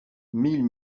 mille